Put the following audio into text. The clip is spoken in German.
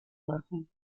machen